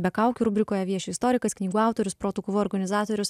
be kaukių rubrikoje vieši istorikas knygų autorius protų kovų organizatorius